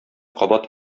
кабат